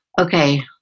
okay